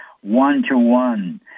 one-to-one